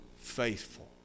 faithful